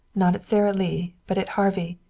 not at sara lee, but at harvey.